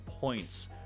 points